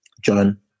John